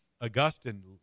Augustine